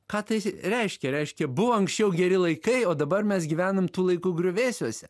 ką tai reiškia reiškia buvo anksčiau geri laikai o dabar mes gyvenam tų laikų griuvėsiuose